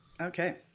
Okay